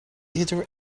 either